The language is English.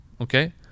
Okay